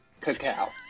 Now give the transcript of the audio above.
Cacao